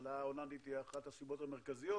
המחלה ההולנדית היא אחת הסיבות המרכזיות,